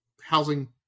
housing